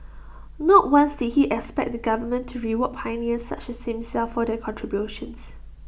not once did he expect the government to reward pioneers such as himself for their contributions